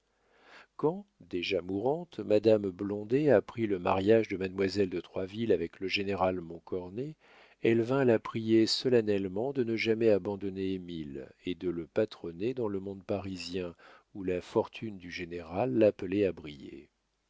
quand déjà mourante madame blondet apprit le mariage de mademoiselle de troisville avec le général montcornet elle vint la prier solennellement de ne jamais abandonner émile et de le patronner dans le monde parisien où la fortune du général l'appelait à briller